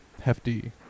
hefty